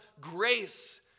grace